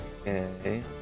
Okay